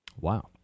Wow